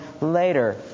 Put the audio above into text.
later